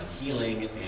healing